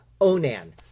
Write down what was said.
Onan